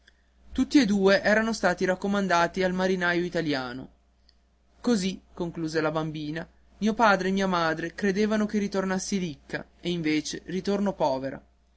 tutti e due erano stati raccomandati al marinaio italiano così concluse la bambina mio padre e mia madre credevano che ritornassi ricca e invece ritorno povera